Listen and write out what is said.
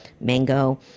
mango